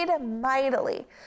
mightily